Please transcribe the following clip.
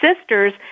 sisters